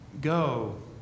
Go